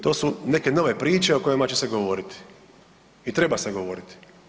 To su neke nove priče o kojima će se govoriti i treba se govoriti.